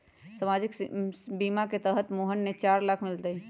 सामाजिक बीमा के तहत मोहन के चार लाख मिललई